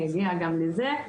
אני אגיע גם לזה.